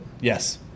Yes